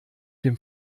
dem